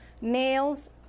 nails